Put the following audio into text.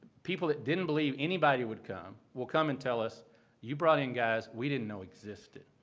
people that didn't believe anybody would come will come and tell us you brought in guys we didn't know existed.